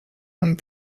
and